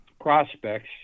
prospects